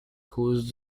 cause